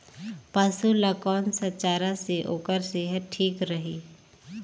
पशु ला कोन स चारा से ओकर सेहत ठीक रही?